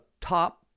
top